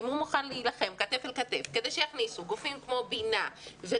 ואם הוא מוכן להילחם כתף אל כתף כדי שיכניסו גופים כמו בינה וכמו